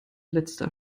letzter